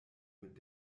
mit